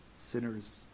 sinners